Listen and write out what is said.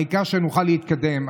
העיקר שנוכל להתקדם.